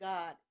God